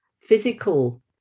physical